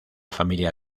familia